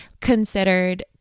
considered